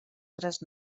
tres